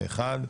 פה אחד.